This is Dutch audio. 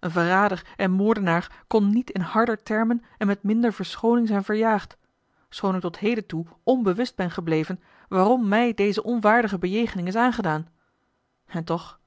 een verrader en moordenaar kon niet in harder termen en met minder verschooning zijn verjaagd schoon ik tot heden toe onbewust ben gebleven waarom mij deze onwaardige bejegening is aangedaan en toch